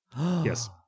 Yes